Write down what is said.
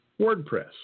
WordPress